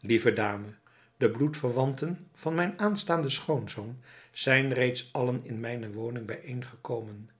lieve dame de bloedverwanten van mijn aanstaanden schoonzoon zijn reeds allen in mijne woning bijeengekomen